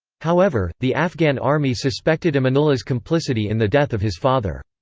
however, the afghan army suspected amanullah's complicity in the death of his father.